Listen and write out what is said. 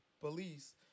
police